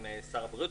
אם שר הבריאות,